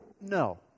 No